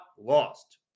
lost